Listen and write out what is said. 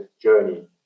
journey